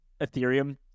Ethereum